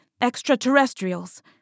extraterrestrials